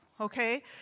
okay